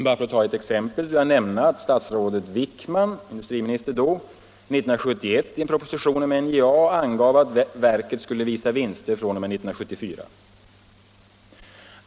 Bara för att ta ett exempel vill jag nämna att statsrådet Wickman år 1971, då han var industriminister, i en proposition om NJA angav att verket skulle visa vinster fr.o.m. 1974.